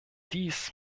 dies